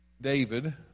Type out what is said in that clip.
David